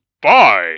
Bye